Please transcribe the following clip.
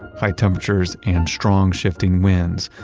high temperatures, and strong, shifting winds,